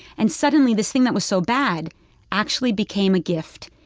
and suddenly this thing that was so bad actually became a gift.